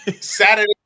Saturday